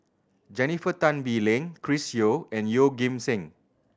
Jennifer Tan Bee Leng Chris Yeo and Yeoh Ghim Seng